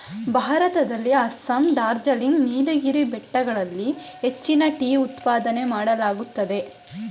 ಭಾರತದಲ್ಲಿ ಅಸ್ಸಾಂ, ಡಾರ್ಜಿಲಿಂಗ್, ನೀಲಗಿರಿ ಬೆಟ್ಟಗಳಲ್ಲಿ ಹೆಚ್ಚಿನ ಟೀ ಉತ್ಪಾದನೆ ಮಾಡಲಾಗುತ್ತದೆ